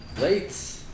Late